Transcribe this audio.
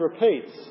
repeats